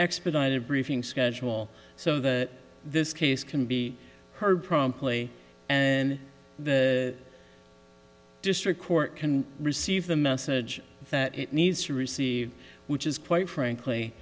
expedited briefing schedule so that this case can be heard promptly and the district court can receive the message that it needs to receive which is quite frankly